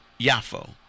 Yafo